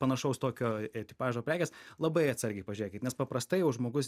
panašaus tokio tipažo prekės labai atsargiai pažiūrėkit nes paprastai jau žmogus